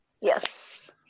Yes